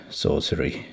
sorcery